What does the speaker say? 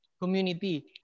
community